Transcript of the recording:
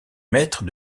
maîtres